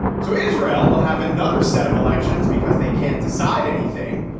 so israel will have another set of elections because they can't decide anything.